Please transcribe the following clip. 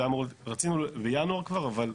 רצינו בינואר כבר.